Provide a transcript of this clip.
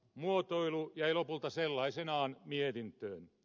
muotoilu jäi lopulta sellaisenaan mietintöön